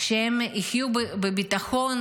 שהם יחיו בביטחון,